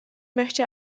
möchte